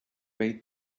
bade